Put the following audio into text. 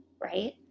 right